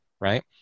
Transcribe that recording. right